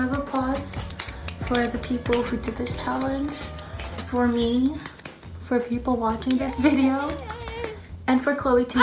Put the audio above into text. appulse for the people who took this challenge for me for people watching this video and for chloe